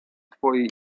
twojej